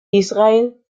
israel